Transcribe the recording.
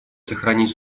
сохранить